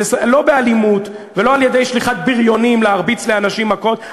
לא באלימות ולא על-ידי שליחת בריונים להרביץ לאנשים מכות.